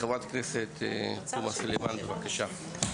חברת הכנסת תומא סלימאן, בבקשה.